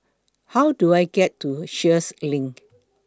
How Do I get to Sheares LINK